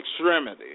extremity